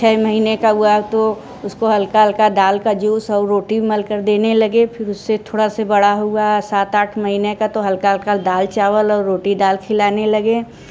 छ महीने का हुआ तो उसको हल्का हल्का दाल का जूस और रोटी मालकर देने लगे फिर उससे थोड़ा से बड़ा हुआ सात आठ महीने का तो हल्का हल्का दाल चावल और रोटी दाल खिलाने लगे